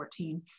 2014